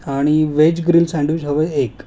आणि veg grill sandwich हवे एक